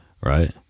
Right